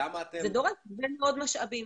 זה דורש הרבה מאוד משאבים.